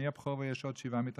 אני הבכור, ויש עוד שבעה מתחתיי.